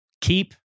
Keep